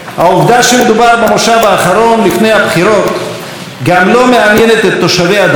העובדה שמדובר במושב האחרון לפני הבחירות גם לא מעניינת את תושבי הדרום.